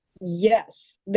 Yes